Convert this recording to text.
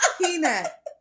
Peanut